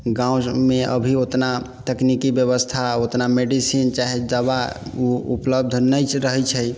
गाममे अभी ओतना तकनीकी व्यवस्था ओतना मेडिसीन चाहे दवा उपलब्ध नै छै रहै छै